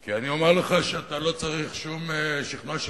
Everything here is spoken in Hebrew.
כי אני אומר לך שאתה לא צריך שום שכנוע של